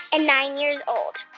and nine years old.